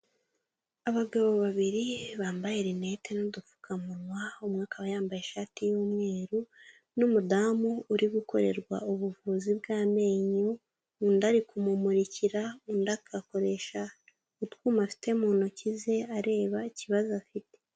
Abagabo babiri bambaye rinete n'udupfukamunwa, umwe akaba yambaye ishati y'umweru n'umudamu uri gukorerwa ubuvuzi bw'amenyo, undi ari kumumurikira, undi agakoresha utwuma afite mu ntoki ze areba ikibazo afite.